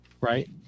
right